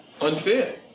Unfair